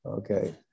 Okay